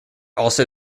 also